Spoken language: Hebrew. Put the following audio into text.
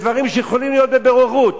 דברים שיכולים להיות בבוררות.